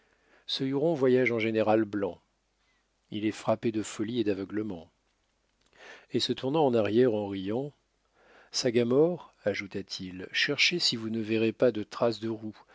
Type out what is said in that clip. ce huron voyage en général blanc il est frappé de folie et d'aveuglement et se tournant en arrière en riant sagamore ajouta-t-il cherchez si vous ne verrez pas de traces de roues